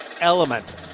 element